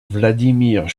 vladimir